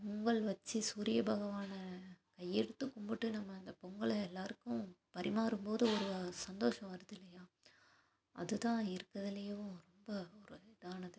பொங்கல் வச்சு சூரிய பகவானை கையெடுத்து கும்பிட்டு நம்ம அந்த பொங்கலை எல்லோருக்கு பரிமாறும் போது ஒரு சந்தோஷம் வருது இல்லையா அதுதான் இருக்கிறதுலைவும் ரொம்ப ஒரு இதானது